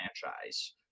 franchise